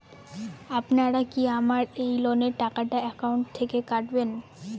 আপনারা কি আমার এই লোনের টাকাটা একাউন্ট থেকে কাটবেন?